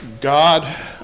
God